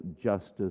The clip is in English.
justice